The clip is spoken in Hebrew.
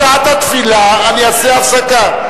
בשעת התפילה אני אעשה הפסקה.